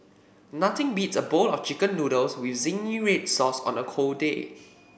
nothing beats a bowl of chicken noodles with zingy red sauce on a cold day